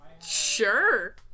Sure